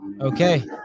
Okay